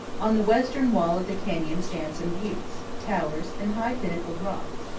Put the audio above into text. on the western wall of the canyon stand some buttes, towers, and high pinnacled rocks.